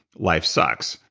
life sucks.